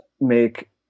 make